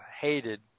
hated